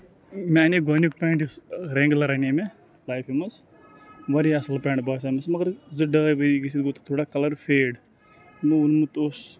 مےٚ اَنے گۄڈنیُک پٮ۪نٛٹ یُس رینٛگلَر اَنے مےٚ لایفہِ منٛز واریاہ اَصٕل پٮ۪نٛٹ باسیو مےٚ مگر زٕ ڈاے ؤری گٔژھِتھ گوٚو تَتھ تھوڑا کَلَر فیڈ یِمو ووٚنمُت اوس